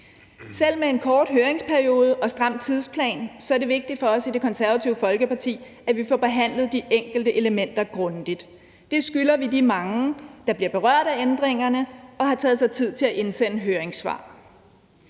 Selv med en kort høringsperiode og en stram tidsplan er det vigtigt for os i Det Konservative Folkeparti, at vi får behandlet de enkelte elementer grundigt. Det skylder vi de mange, der bliver berørt af ændringerne og har taget sig tid til at indsende høringssvar.